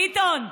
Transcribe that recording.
ביטון,